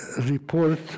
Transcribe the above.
report